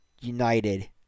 United